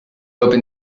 open